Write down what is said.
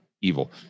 evil